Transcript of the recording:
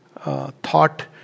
thought